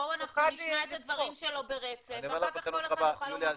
בואו נשמע את הדברים שלו ברצף ואחר כך כל אחד יוכל לומר את הדברים שלו.